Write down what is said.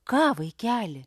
ką vaikeli